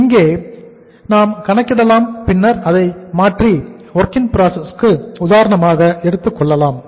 நாம் இங்கே கணக்கிடலாம் பின்னர் அதை மாற்றி WIP க்கு உதாரணமாக எடுத்துக் கொள்ளலாம்